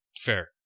Fair